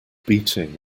beating